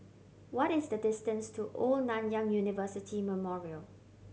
what is the distance to Old Nanyang University Memorial